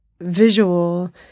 visual